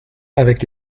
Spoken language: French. avec